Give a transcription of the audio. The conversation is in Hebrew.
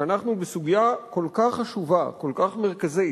שאנחנו בסוגיה כל כך חשובה, כל כך מרכזית,